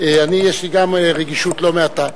גם לי יש רגישות לא מעטה.